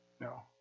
No